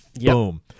boom